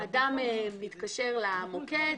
אדם מתקשר למוקד,